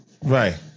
right